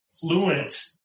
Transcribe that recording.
fluent